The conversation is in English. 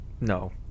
no